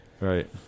right